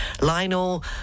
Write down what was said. Lionel